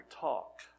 talk